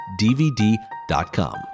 DVD.com